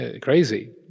crazy